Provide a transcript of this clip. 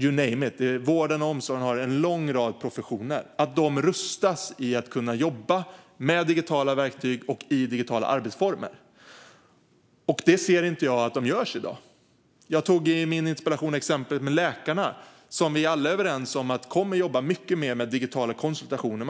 you name it - vården och omsorgen har en lång rad professioner - rustas för att kunna jobba med digitala verktyg och i digitala arbetsformer. Det ser inte jag att man gör i dag. Jag tog i min interpellation upp exemplet med läkarna, som vi alla är överens om kommer att jobba mycket mer med digitala konsultationer.